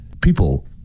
people